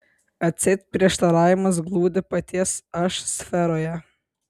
atseit prieštaravimas glūdi paties aš sferoje